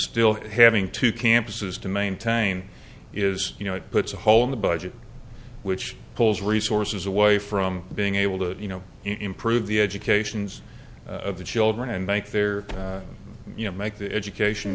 still having two campuses to maintain is you know it puts a hole in the budget which pulls resources away from being able to you know improve the educations of the children and make their you know make the education